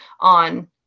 on